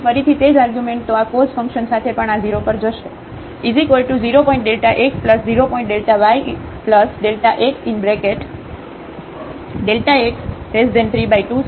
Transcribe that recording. તો આ cos function સાથે પણ આ 0 પર જશે